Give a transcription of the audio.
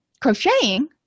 crocheting